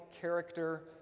character